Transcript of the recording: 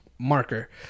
marker